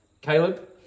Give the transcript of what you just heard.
Caleb